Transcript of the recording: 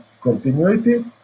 continuity